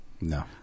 No